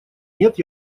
нет